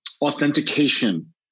authentication